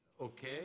Okay